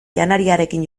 janariarekin